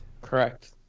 Correct